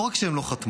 לא רק שהן לא חתמו,